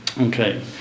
Okay